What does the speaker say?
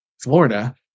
Florida